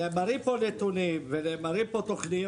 מראים פה נתונים ותוכניות,